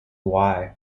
why